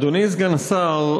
אדוני סגן השר,